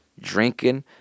drinking